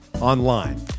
online